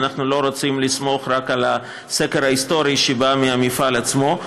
אם אנחנו לא רוצים לסמוך רק על הסקר ההיסטורי שבא מהמפעל עצמו.